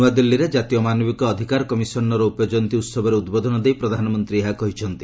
ନ୍ତଆଦିଲ୍ଲୀରେ ଜାତୀୟ ମାନବିକ ଅଧିକାର କମିଶନ ର ରୌପ୍ୟ ଜୟନ୍ତୀ ଉହବରେ ଉଦ୍ବୋଧନ ଦେଇ ପ୍ରଧାନମନ୍ତ୍ରୀ ଏହା କହିଛନ୍ତି